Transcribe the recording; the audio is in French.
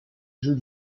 jeux